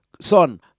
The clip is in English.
son